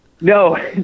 no